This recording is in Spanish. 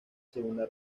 segunda